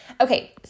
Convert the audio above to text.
Okay